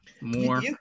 more